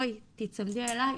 בואי תיצמדי אלי,